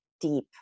deep